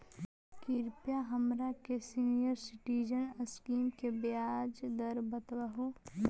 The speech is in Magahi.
कृपा हमरा के सीनियर सिटीजन स्कीम के ब्याज दर बतावहुं